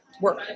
work